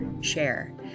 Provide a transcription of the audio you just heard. share